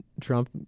Trump